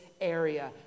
Area